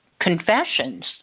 Confessions